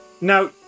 Now